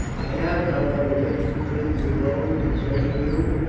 i have, however, written to friends in rome concerning you,